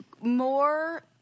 more